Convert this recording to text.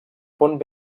pont